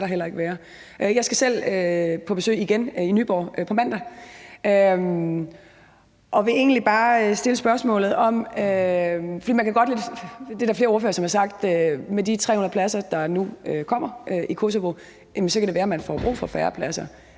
Jeg skal selv igen på besøg i Nyborg Fængsel på mandag og vil egentlig bare stille spørgsmålet om pladser, fordi der er flere ordførere, der har sagt, at med de 300 pladser, der nu kommer i Kosovo, kan det være, at man får brug for færre pladser.